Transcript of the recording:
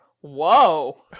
whoa